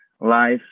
life